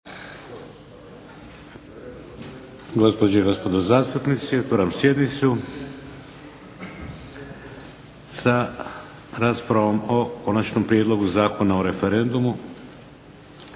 Gospođe i gospodo zastupnici, otvaram sjednicu sa raspravom o –- Konačni prijedlog Zakona o referendumu,